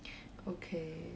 okay